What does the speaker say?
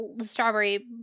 strawberry